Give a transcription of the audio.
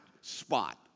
spot